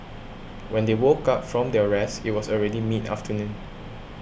when they woke up from their rest it was already mid afternoon